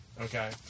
okay